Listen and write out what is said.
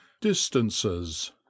distances